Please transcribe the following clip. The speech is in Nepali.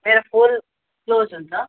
मेरो फुल क्लोज हुन्छ